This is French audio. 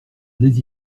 les